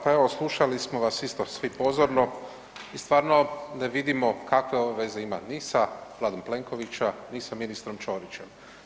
Pa evo slušali smo vas isto svi pozorno i stvarno ne vidimo ovo veze ima ni sa Vladom Plenkovića, ni sa ministrom Ćorićem.